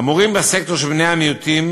המורים בסקטור של בני-המיעוטים